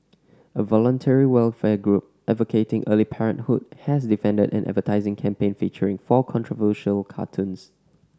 a voluntary welfare group advocating early parenthood has defended an advertising campaign featuring four controversial cartoons